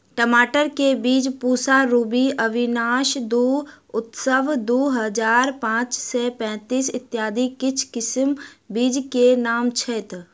टमाटर केँ बीज पूसा रूबी, अविनाश दु, उत्सव दु हजार पांच सै पैतीस, इत्यादि किछ किसिम बीज केँ नाम छैथ?